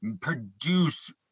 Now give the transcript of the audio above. produce